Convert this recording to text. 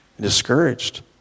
discouraged